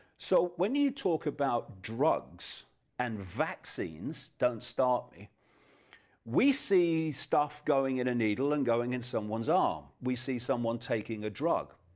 so when you talk about drugs and vaccines, don't start me we see stuff going in a needle and going in someone's arm we see someone taking a drug,